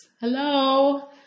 Hello